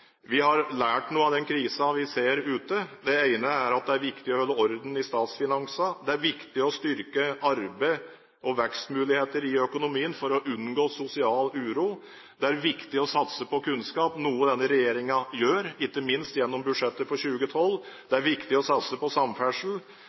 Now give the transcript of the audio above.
Vi har lært noe av den krisen vi ser ute. Det ene er at det er viktig å holde orden i statsfinansene. Det er viktig å styrke arbeid og vekstmuligheter i økonomien for å unngå sosial uro. Det er viktig å satse på kunnskap, noe denne regjeringen gjør ikke minst gjennom budsjettet for 2012.